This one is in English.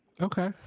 okay